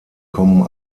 kommen